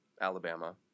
Alabama